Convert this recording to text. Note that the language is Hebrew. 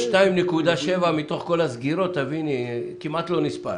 2.7 מתוך כל הסגירות, תביני, כמעט לא נספר.